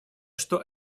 что